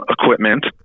equipment